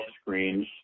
screens